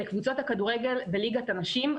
לקבוצות הכדורגל בליגת הנשים,